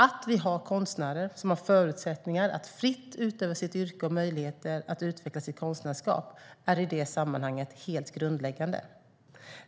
Att vi har konstnärer som har förutsättningar att fritt utöva sitt yrke och möjligheter att utveckla sitt konstnärskap är i det sammanhanget helt grundläggande.